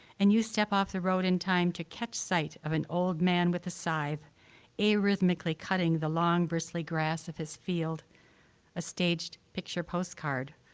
and you step off the road in time to catch sight of an old man with a scythe, a-rhythmically cutting the long bristly grass of his field a staged picture postcard,